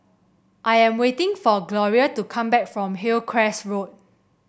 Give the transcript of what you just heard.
I am waiting for Gloria to come back from Hillcrest Road